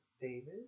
David